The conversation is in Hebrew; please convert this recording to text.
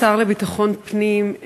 לביטחון פנים,